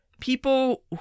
people